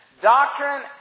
doctrine